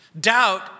Doubt